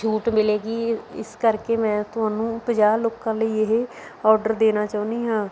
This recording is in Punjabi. ਛੂਟ ਮਿਲੇਗੀ ਇਸ ਕਰਕੇ ਮੈਂ ਤੁਹਨੂੰ ਪੰਜਾਹ ਲੋਕਾਂ ਲਈ ਇਹ ਓਡਰ ਦੇਣਾ ਚਾਹੁੰਦੀ ਹਾਂ